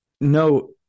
no